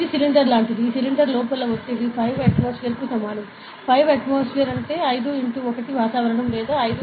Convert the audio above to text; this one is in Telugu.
ఇది సిలిండర్ లాంటిది ఈ సిలిండర్ లోపల ఒత్తిడి 5 atm కు సమానం 5 atmosphere 5 x 1 వాతావరణం లేదా 5x101